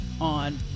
on